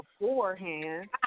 beforehand